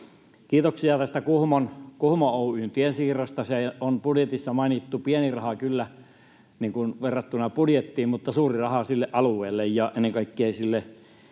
Kiitoksia tästä Kuhmo Oy:n tien siirrosta, se on budjetissa mainittu — pieni raha kyllä verrattuna budjettiin, mutta suuri raha sille alueelle ja ennen kaikkea sille